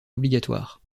obligatoire